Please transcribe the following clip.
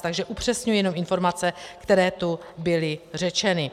Takže upřesňuji jenom informace, které tu byly řečeny.